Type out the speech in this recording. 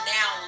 Now